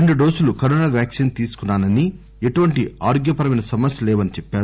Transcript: రెండు డోసులు corona vaccine తీసుకున్నానని ఎటువంటి ఆరోగ్యపరమైన సమస్యలు లేవని చెప్సారు